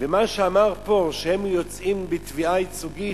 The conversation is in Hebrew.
ומה שהוא אמר פה שהם יוצאים בתביעה ייצוגית,